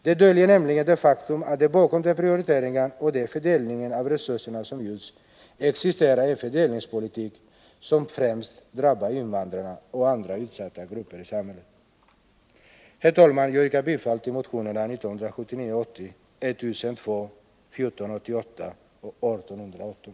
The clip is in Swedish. De döljer nämligen det faktum att det bakom de prioriteringar och den fördelning av resurserna som gjorts existerar en fördelningspolitik, som främst drabbar invandrarna och andra utsatta grupper i samhället. Herr talman! Jag yrkar bifall till motionerna 1002, 1488 och 1818.